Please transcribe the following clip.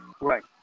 right